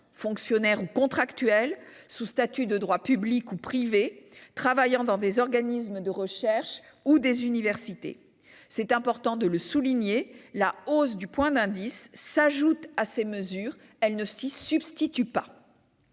fonctionnaires ou contractuels, sous statut de droit public ou privé, travaillant dans des organismes de recherche ou dans des universités. Je souligne- c'est important -que la hausse du point d'indice s'ajoute à ces mesures : elle ne s'y substitue pas.